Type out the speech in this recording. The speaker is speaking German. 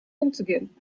umzugehen